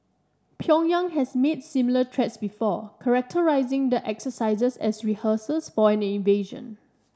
Pyongyang has made similar threats before characterising the exercises as rehearsals for an invasion